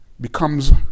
becomes